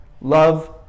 Love